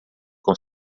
com